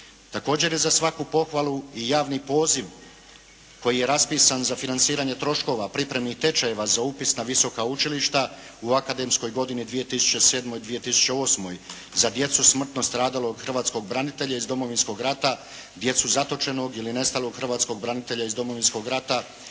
Također je za svaku pohvalu i javni poziv koji je raspisan za financiranje troškova pripremnih tečajeva za upis na visoka učilišta u akademskoj godini 2007./2008. za djecu smrtno stradalo od hrvatskog branitelja iz Domovinskog rata, djecu zatočenog ili nestalog hrvatskog branitelja iz Domovinskog rata,